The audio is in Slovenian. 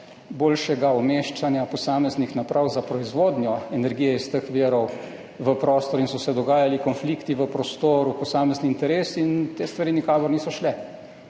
boljšega umeščanja posameznih naprav za proizvodnjo energije iz teh virov v prostor in so se dogajali konflikti v prostoru, posamezni interesi, in te stvari nikakor niso šle.